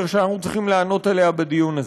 שאנחנו צריכים לענות עליהן בדיון הזה.